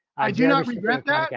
i do not regret that. yeah